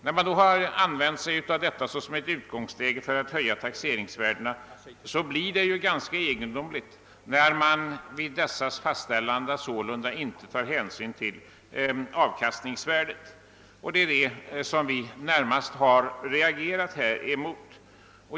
Det är mot denna bakgrund ganska egendomligt att man vid fastställandet av de nya taxeringsvärdena inte tagit hänsyn till avkastningsvärdet, och det är närmast detta som vi reagerar mot.